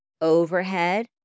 overhead